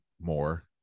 more